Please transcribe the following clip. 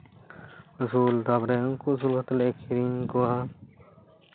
ᱟᱹᱥᱩᱞ ᱛᱟᱨᱯᱚᱨᱮ ᱩᱱᱠᱩ ᱟᱹᱥᱩᱞ ᱠᱟᱛᱮᱜ ᱞᱮ ᱟᱹᱠᱷᱨᱤᱧ ᱠᱚᱣᱟ